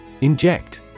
Inject